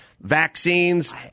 vaccines